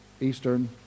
Eastern